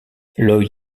lloyd